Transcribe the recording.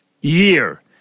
year